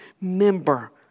member